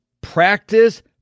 practice